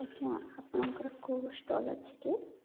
ଆଜ୍ଞା ଆପଣଙ୍କର କେଉଁ ଷ୍ଟଲ୍ ଅଛି କି